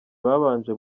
babanje